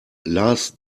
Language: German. lars